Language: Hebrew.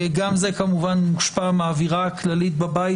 גם זה כמובן מושפע מהאווירה הכללית בבית